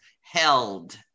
held